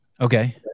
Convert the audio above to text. Okay